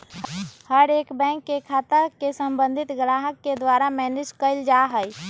हर एक बैंक के खाता के सम्बन्धित ग्राहक के द्वारा मैनेज कइल जा हई